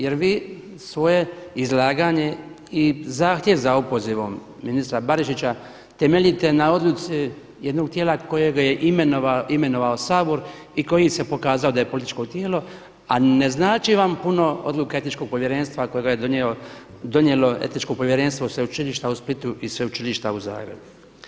Jer vi svoje izlaganje i zahtjev za opozivom ministra Barišića temeljite na odluci jednog tijela kojega je imenovao Sabor i koji se pokazao da je političko tijelo, a ne znači vam puno odluka Etičkog povjerenstva koje je donijelo Etičko povjerenstvo Sveučilišta u Splitu i Sveučilišta u Zagrebu.